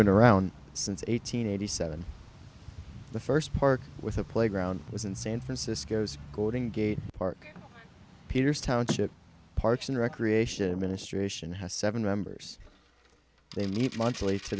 been around since eight hundred eighty seven the first park with a playground was in san francisco's golden gate park peters township parks and recreation ministration has seven members they meet monthly to